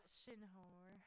Shinhor